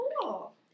cool